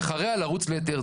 ואחריה לרוץ להיתר.